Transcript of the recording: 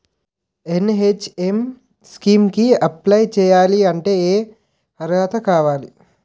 NHM scheme కి apply చేయాలి అంటే ఏ అర్హత కావాలి?